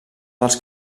dels